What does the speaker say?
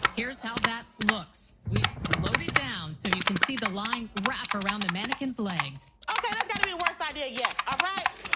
here's how that looks. we slowed it down so you can see the line wrap around the mannequins legs. okay, that's got to be the worst idea yet, all ah right?